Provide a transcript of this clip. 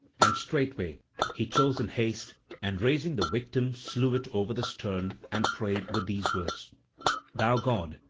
and straightway he chose in haste and raising the victim slew it over the stern, and prayed with these words thou god,